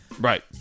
Right